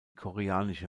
koreanische